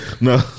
no